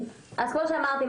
כמו שאמרתי,